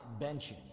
benching